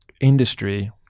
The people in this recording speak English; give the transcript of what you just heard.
industry